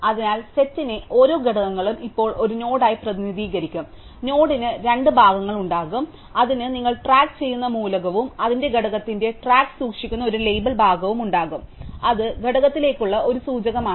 അതിനാൽ സെറ്റിന്റെ ഓരോ ഘടകങ്ങളും ഇപ്പോൾ ഒരു നോഡായി പ്രതിനിധീകരിക്കും നോഡിന് രണ്ട് ഭാഗങ്ങൾ ഉണ്ടാകും അതിന് നിങ്ങൾ ട്രാക്ക് ചെയ്യുന്ന മൂലകവും അതിന്റെ ഘടകത്തിന്റെ ട്രാക്ക് സൂക്ഷിക്കുന്ന ഒരു ലേബൽ ഭാഗവും ഉണ്ടാകും അതിനാൽ അത് ഘടകത്തിലേക്കുള്ള ഒരു സൂചകമാണ്